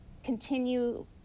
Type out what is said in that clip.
continue